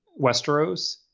Westeros